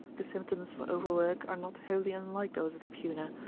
the symptoms of overwork are not wholly unlike those of the puna,